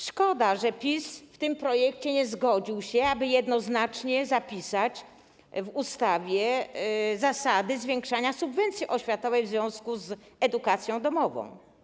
Szkoda, że PiS w tym projekcie nie zgodził się, aby jednoznacznie zapisać w ustawie zasady zwiększania subwencji oświatowej w związku z edukacją domową.